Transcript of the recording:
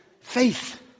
faith